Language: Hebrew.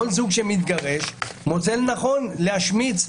כל זוג שמתגרש מוצא לנכון להשמיץ,